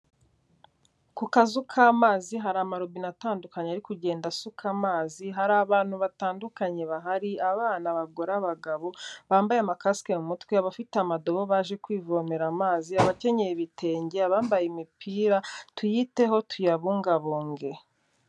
Ku kazu k'amazi hari amarobine atandukanye ari kugenda asuka amazi, hari abantu batandukanye bahari, abana, abagore, abagabo, bambaye amakasike mu mutwe, abafite amadobo baje kwivomera amazi, abakenyeye ibitenge, abambaye imipira, tuyiteho tuyabungabunge.